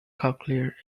cochlear